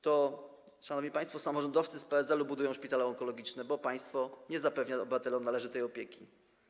To, szanowni państwo, samorządowcy z PSL-u budują szpitale onkologiczne, bo państwo nie zapewnia obywatelom należytej opieki.